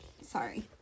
Sorry